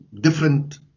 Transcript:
different